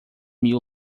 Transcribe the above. mil